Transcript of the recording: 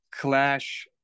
clash